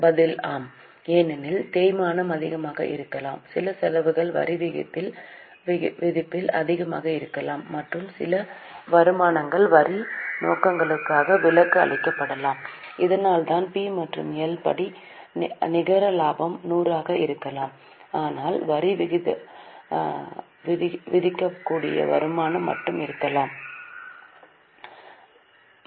பதில் ஆம் ஏனெனில் தேய்மானம் அதிகமாக இருக்கலாம் சில செலவுகள் வரிவிதிப்பில் அதிகமாக இருக்கலாம் மற்றும் சில வருமானங்கள் வரி நோக்கங்களுக்காக விலக்கு அளிக்கப்படலாம் அதனால்தான் பி மற்றும் எல் படி நிகர லாபம் 100 ஆக இருக்கலாம் ஆனால் வரி விதிக்கக்கூடிய வருமானம் மட்டுமே இருக்கலாம் 10